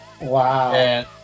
Wow